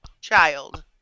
child